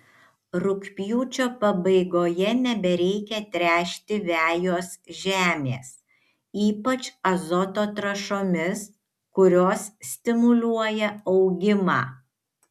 rugpjūčio pabaigoje nebereikia tręšti vejos žemės ypač azoto trąšomis kurios stimuliuoja augimą